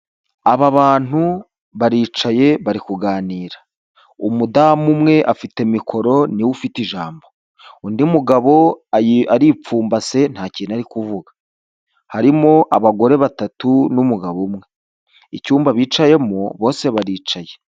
Aba bantu baricaye bari kuganira. Umudamu umwe afite mikoro ni we ufite ijambo, undi mugabo aripfumbase nta kintu ari kuvuga. Harimo abagore batatu n'umugabo umwe, icyumba bicayemo bose baricaye.